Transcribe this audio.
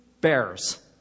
bears